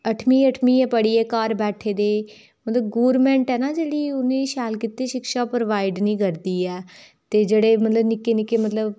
अट्ठमीं अट्ठमीं गै पढ़ियै घर बैठे दे मतलब गोरमेंट ऐ ना जेह्ड़ी उ'नें शैल कीते शिक्षा प्रोवाइड नि करदी ऐ ते जेह्ड़े मतलब निक्के निक्के मतलब